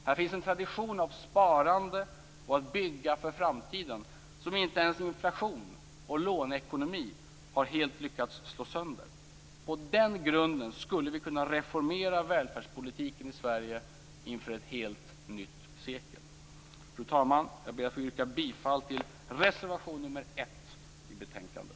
Här finns en tradition av sparande och av att bygga för framtiden som inte ens inflation och låneekonomi helt har lyckats slå sönder. På den grunden skulle vi kunna reformera välfärdspolitiken i Sverige inför ett helt nytt sekel. Fru talman! Jag ber att få yrka bifall till reservation 1 i betänkandet.